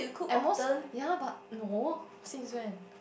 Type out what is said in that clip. at most ya but no since when